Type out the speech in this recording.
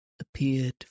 appeared